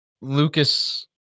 Lucas